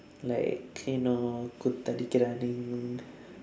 like you know koothadikkiraaning